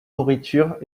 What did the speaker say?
nourriture